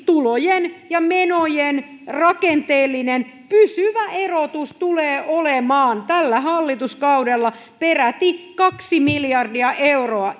tulojen ja menojen rakenteellinen pysyvä erotus tulee olemaan tällä hallituskaudella peräti kaksi miljardia euroa